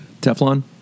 Teflon